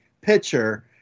pitcher